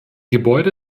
gebäude